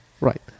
Right